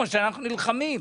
מה שאנחנו נלחמים,